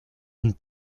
une